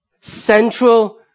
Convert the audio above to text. central